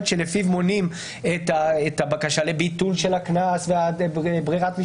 שלפיו מונים את הבקשה לביטול של הקנס,